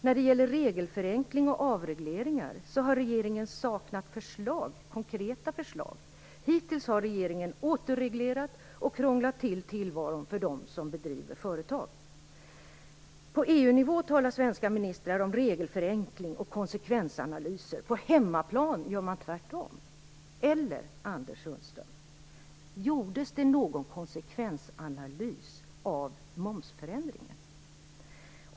När det gäller regelförenkling och avregleringar har regeringen saknat konkreta förslag. Hittills har regeringen återreglerat och krånglat till tillvaron för dem som driver företag. På EU-nivå talar svenska ministrar om regelförenkling och konsekvensanalyser. På hemmaplan gör man tvärtom - eller gjordes det någon konsekvensanalys av momsförändringen, Anders Sundström?